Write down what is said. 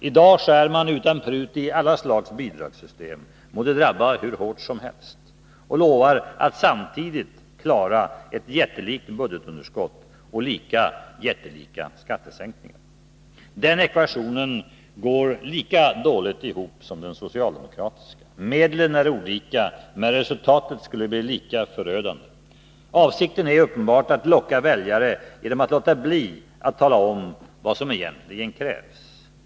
I dag skär man utan prut i alla slags bidragssystem, må det drabba hur hårt som helst, och lovar att samtidigt klara ett jättelikt budgetunderskott och lika jättelika skattesänkningar. Den ekvationen går lika dåligt ihop som den socialdemokratiska. Medlen är olika, men resultatet skulle bli lika förödande. Avsikten är uppenbarligen att locka väljare genom att låta bli att tala om vad som egentligen krävs.